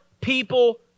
people